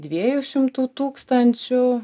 dviejų šimtų tūkstančių